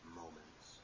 moments